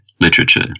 literature